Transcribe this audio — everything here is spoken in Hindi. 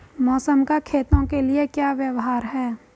मौसम का खेतों के लिये क्या व्यवहार है?